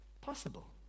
Possible